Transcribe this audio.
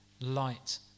light